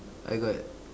I got